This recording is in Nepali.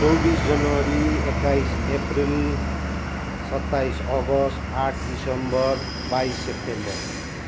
चौबिस जनवरी एक्काइस एप्रेल सत्ताइस अगस्ट आठ डिसेम्बर बाइस सेप्टेम्बर